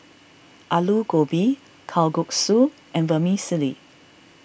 Alu Gobi Kalguksu and Vermicelli